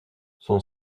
son